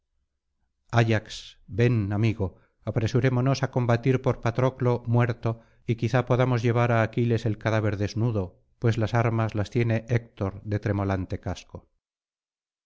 ayax ven amigo apresurémonos á combatir por patroclo muerto y quizás podamos llevar á aquiles el cadáver desnudo pues las armas las tiene héctor de tremolante casco